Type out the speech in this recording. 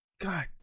God